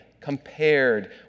compared